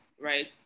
right